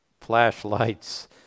flashlights